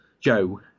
Joe